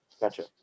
Gotcha